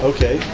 Okay